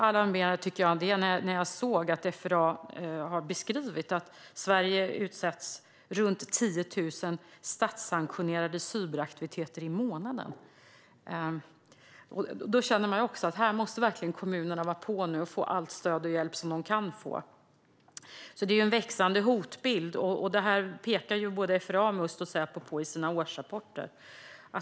Jag tycker att det som FRA har beskrivit är oerhört alarmerande: Sverige utsätts för runt 10 000 statssanktionerade cyberaktiviteter i månaden. Jag känner att kommunerna måste ligga på och att de måste få allt stöd och all hjälp som de kan få. Vi har alltså en växande hotbild, vilket såväl FRA som Must och Säpo pekar på i sina årsrapporter.